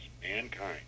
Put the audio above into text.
mankind